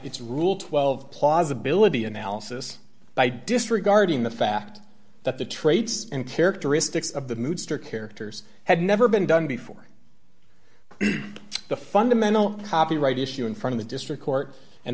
its rule twelve plausibility analysis by disregarding the fact that the traits and characteristics of the mood struck characters had never been done before the fundamental copyright issue in front of the district court and